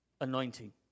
anointing